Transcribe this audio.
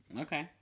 Okay